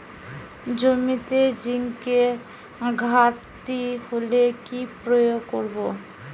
জমিতে জিঙ্কের ঘাটতি হলে কি প্রয়োগ করব?